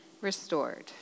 restored